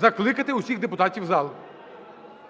закликати всіх депутатів у зал.